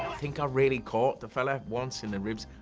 think i really caught the fellow once in the ribs,